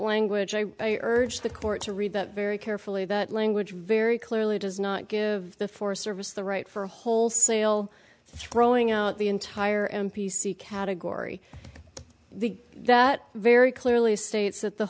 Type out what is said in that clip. language i urge the court to read that very carefully that language very clearly does not give the forest service the right for a wholesale throwing out the entire m p c category that very clearly states that the